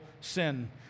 sin